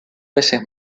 veces